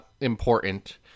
important